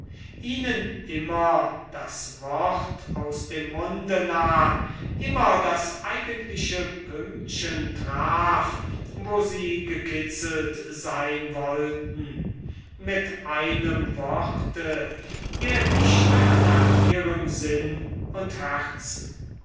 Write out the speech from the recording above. ihnen immer das wort aus dem munde nahm immer das eigentliche pünktchen traf wo sie gekützelt sein wollten mit einem wort der dichter nach ihrem sinn und herzen